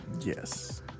Yes